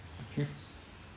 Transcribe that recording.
okay